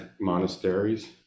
monasteries